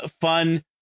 fun